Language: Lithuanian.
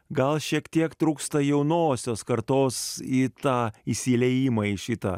gal šiek tiek trūksta jaunosios kartos į tą įsiliejimą į šitą